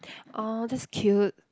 oh that's cute